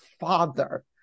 father